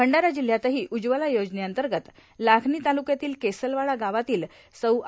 भंडारा जिल्ह्यातही उज्ज्वला योजनेअंतर्गत लाखनी तालुक्यातील केसलवाडा गावातील सौे